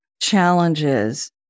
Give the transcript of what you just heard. challenges